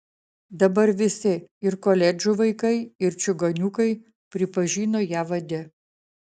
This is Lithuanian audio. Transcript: dabar visi ir koledžų vaikai ir čigoniukai pripažino ją vade